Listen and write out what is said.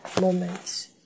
moments